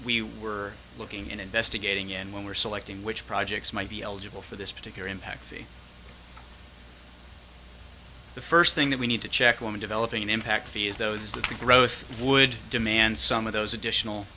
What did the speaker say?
we were looking at investigating and when we are selecting which projects might be eligible for this particular impact be the first thing that we need to check women developing impact fees those that the growth would demand some of those additional